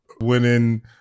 winning